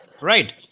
right